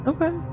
Okay